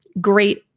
Great